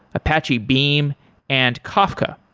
apache beam and kafka.